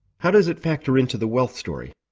how does it factor into the wealth story?